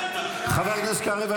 ------ מה נשאר ממפא"י?